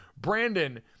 Brandon